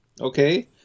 Okay